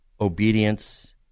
obedience